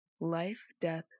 Life-Death